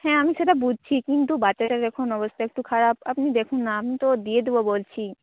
হ্যাঁ আমি সেটা বুঝছি কিন্তু বাচ্চাটার দেখুন অবস্থা একটু খারাপ আপনি দেখুন না আমি তো দিয়ে দেব বলছি